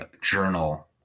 journal